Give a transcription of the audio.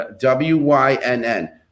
W-Y-N-N